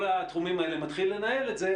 בכל התחומים האלה מתחיל לנהל את זה,